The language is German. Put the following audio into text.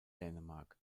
dänemark